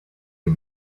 can